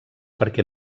perquè